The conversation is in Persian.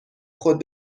خود